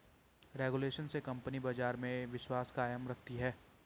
regulation से company बाजार में विश्वास कायम रखती है